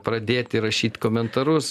pradėti rašyt komentarus